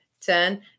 ten